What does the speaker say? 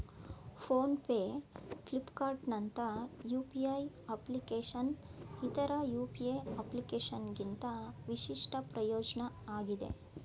phone pay ಫ್ಲಿಪ್ಕಾರ್ಟ್ನಂತ UPI ಅಪ್ಲಿಕೇಶನ್ನ್ ಇತರ ಯು.ಪಿ.ಐ ಅಪ್ಲಿಕೇಶನ್ಗಿಂತ ವಿಶಿಷ್ಟ ಪ್ರಯೋಜ್ನ ಆಗಿದೆ